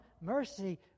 mercy